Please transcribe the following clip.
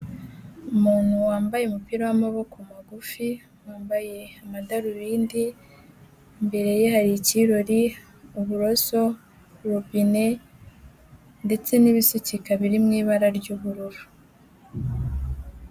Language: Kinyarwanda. Umuntu wambaye umupira w'amaboko magufi, wambaye amadarubindi, imbere ye hari icyirori, uburoso, robine ndetse n'ibisukika biri mu ibara ry'ubururu.